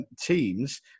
teams